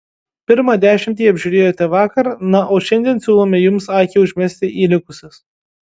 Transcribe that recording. pirmą dešimtį apžiūrėjote vakar na o šiandien siūlome jums akį užmesti į likusius